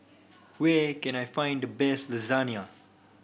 where can I find the best Lasagna